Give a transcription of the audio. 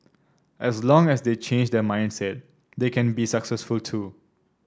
as long as they change their mindset they can be successful too